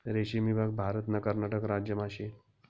रेशीम ईभाग भारतना कर्नाटक राज्यमा शे